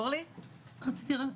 אורלי, בבקשה.